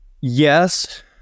yes